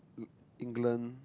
England